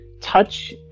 touch